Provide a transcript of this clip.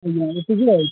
ଆଜ୍ଞା ଏତିକି ଆଉ